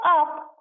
up